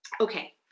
Okay